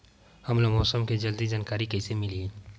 हमला मौसम के जल्दी जानकारी कइसे मिलही?